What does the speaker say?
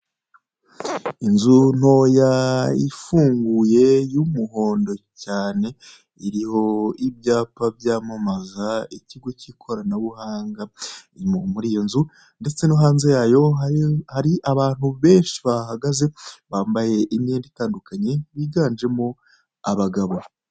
Inzu ntoya ifunyuye y'umuhondo cyane iriho ibyapa byamamaza ikigo cy'ikoranabuhanga muri iyo nzu, ndetse hanze hari abantu benshi bahahagaze bambaye imyenda itandukanye biganjemo abagabo.